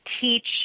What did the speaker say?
teach